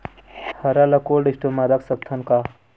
हरा ल cold store म रख सकथन?